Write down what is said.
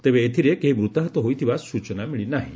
ତେବେ ଏଥିରେ କେହି ମୃତାହତ ହୋଇଥିବା ସ୍ଟଚନା ମିଳି ନାହିଁ